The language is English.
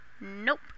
Nope